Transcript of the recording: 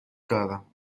دارم